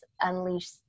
unleash